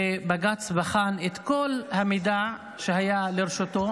ובג"ץ בחן את כל המידע שהיה ברשותו.